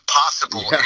possible